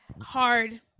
hard